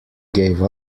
gave